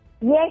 Yes